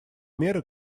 меры